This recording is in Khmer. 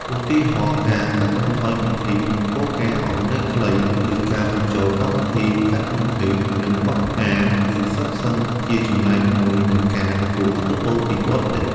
ឧទាហរណ៍ ការកាត់បន្ថយពិធីមង្គលការឱ្យនៅខ្លី ឬការបញ្ចូលពិធីកាត់នំខេក និងបោះផ្កា គឺសុទ្ធសឹងជាចំណែកមួយនៃការទទួលឥទ្ធិពលពីបរទេស។